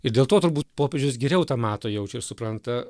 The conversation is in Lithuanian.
ir dėl to turbūt popiežius geriau tą mato jaučia ir supranta